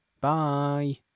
Bye